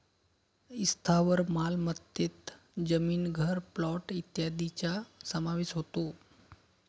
स्थावर मालमत्तेत जमीन, घर, प्लॉट इत्यादींचा समावेश होतो